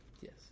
Yes